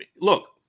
look